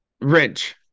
wrench